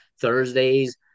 Thursdays